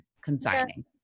consigning